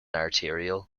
arterial